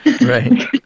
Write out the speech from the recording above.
Right